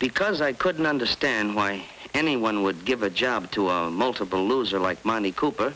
because i couldn't understand why anyone would give a job to a multiple loser like money cooper